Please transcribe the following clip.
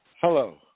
Hello